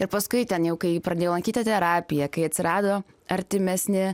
ir paskui ten jau kai pradėjau lankyti terapiją kai atsirado artimesni